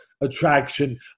attraction